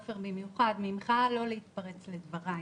עופר במיוחד ממך, לא להתפרץ לדבריי.